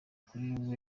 kuri